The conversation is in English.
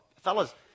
fellas